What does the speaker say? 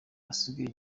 basigaye